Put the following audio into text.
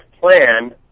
plan